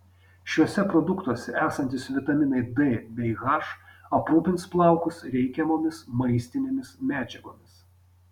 šiuose produktuose esantys vitaminai d bei h aprūpins plaukus reikiamomis maistinėmis medžiagomis